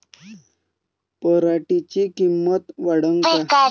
पराटीची किंमत वाढन का?